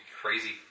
crazy